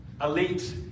elite